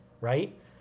right